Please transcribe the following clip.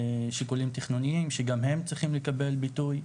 שיקולים תכנוניים, שגם הם צריכים לקבל ביטוי.